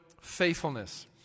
faithfulness